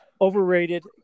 Overrated